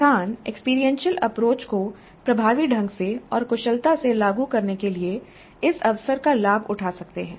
संस्थान experiential approach को प्रभावी ढंग से और कुशलता से लागू करने के लिए इस अवसर का लाभ उठा सकते हैं